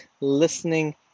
listening